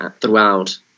throughout